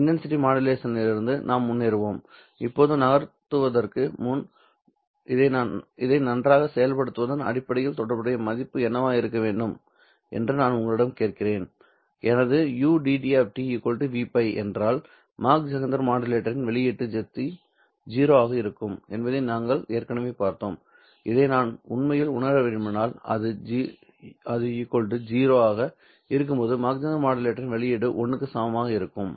இந்த இன்டன்சிடி மாடுலேஷனிலிருந்து நாம் முன்னேறுவோம் இப்போது நகர்த்துவதற்கு முன் இதை நன்றாக செயல்படுத்துவதன் அடிப்படையில் தொடர்புடைய மதிப்பு என்னவாக இருக்க வேண்டும் என்று நான் உங்களிடம் கேட்கிறேன் எனது ud Vπ என்றால் மாக் ஜெஹெண்டர் மாடுலேட்டரின் வெளியீடு 0 ஆக இருக்கும் என்பதை நாங்கள் ஏற்கனவே பார்த்தோம் இதை நான் உண்மையில் உணர விரும்பினால் அது 0 ஆக இருக்கும்போது மாக் ஜீஹெண்டர் மாடுலேட்டரின் வெளியீடு 1 க்கு சமமாக இருக்கும்